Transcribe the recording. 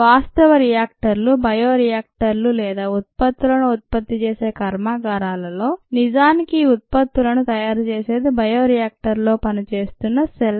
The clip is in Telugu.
వాస్తవ రియాక్టర్లు బయో రియాక్టర్లు లేదా ఉత్పత్తులను ఉత్పత్తి చేసే కర్మాగారాలలో నిజానికి ఈ ఉత్పత్తులను తయారు చేసేది బయో రియాక్టర్లో పనిచేస్తున్న సెల్స్